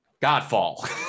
godfall